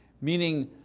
meaning